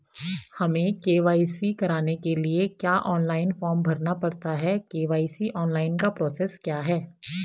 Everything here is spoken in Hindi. हमें के.वाई.सी कराने के लिए क्या ऑनलाइन फॉर्म भरना पड़ता है के.वाई.सी ऑनलाइन का प्रोसेस क्या है?